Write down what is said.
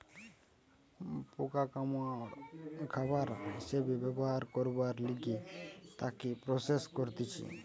পোকা মাকড় খাবার হিসাবে ব্যবহার করবার লিগে তাকে প্রসেস করতিছে